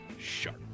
sharp